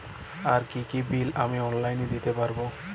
আর কি কি বিল আমি অনলাইনে দিতে পারবো?